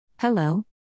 Hello